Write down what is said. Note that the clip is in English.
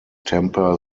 temper